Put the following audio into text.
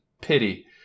pity